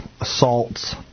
assaults